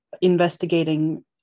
investigating